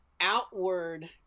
outward